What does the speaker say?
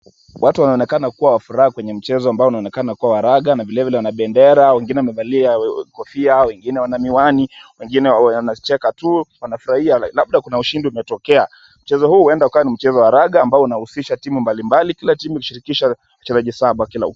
Watu wanaonekana kuwa wa furaha kwenye mchezo ambao unaonekana kuwa wa raga na vilevile wa bendera, wengine wamevalia kofia wengine wana miwani, wengine wanacheka tu wanafurahia labda kuna ushindi umetokea. Mchezo huu huenda ukawa ni mchezo wa raga ambao unahusisha timu mbalimbali, kila timu hushirikisha wachezaji saba kila upande.